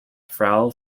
frau